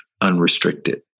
unrestricted